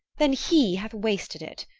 then he hath wasted it.